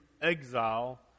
exile